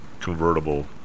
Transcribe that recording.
convertible